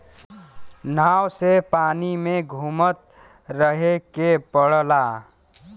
नाव से पानी में घुमत रहे के पड़ला